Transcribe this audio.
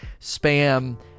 spam